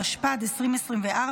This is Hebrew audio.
התשפ"ד 2024,